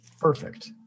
Perfect